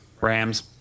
Rams